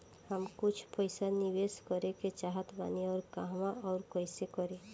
हम कुछ पइसा निवेश करे के चाहत बानी और कहाँअउर कइसे करी?